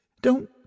Don't